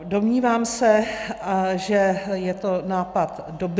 Domnívám se, že je to nápad dobrý.